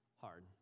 Hard